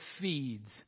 feeds